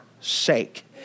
sake